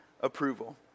approval